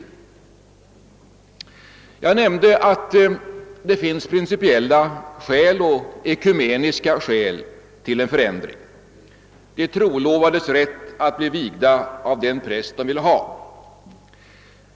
Som jag tidigare nämnt finns det principiella och ekumeniska skäl till en ändring: de trolovades rätt att bli vigda av den präst de vill ha.